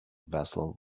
vessel